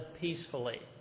peacefully